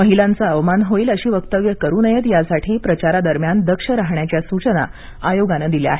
महिलांचा अवमान होईल अशी वक्तव्य करू नयेत यासाठी प्रचारादरम्यान दक्ष राहण्याच्या सूचना आयोगाने दिल्या आहेत